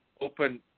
open